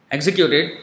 Executed